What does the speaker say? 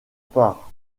part